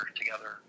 together